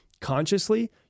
consciously